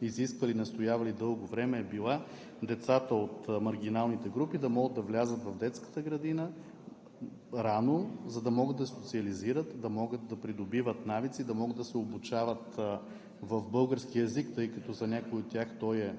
изисквали и настоявали дълго време, е била децата от маргиналните групи да могат рано да влязат в детската градина, за да могат да се социализират, да могат да придобиват навици, да могат да се обучават в български език, тъй като за някои от тях той е